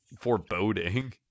foreboding